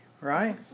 right